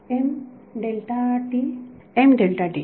विद्यार्थी M delta t